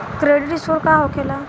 Credit score का होखेला?